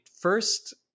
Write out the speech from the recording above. first